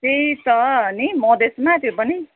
त्यही त नि मदेसमा त्यो पनि